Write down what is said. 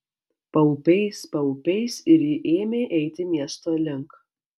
paupiais paupiais ir ji ėmė eiti miesto link